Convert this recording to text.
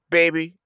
baby